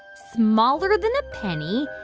smaller than a penny,